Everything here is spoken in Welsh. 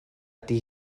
ydy